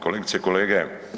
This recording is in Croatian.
Kolegice i kolege.